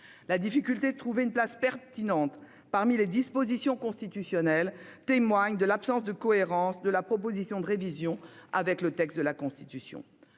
La difficulté de trouver une place pertinente parmi les dispositions constitutionnelles témoigne de l'absence de cohérence de la proposition de révision avec le texte de la Constitution.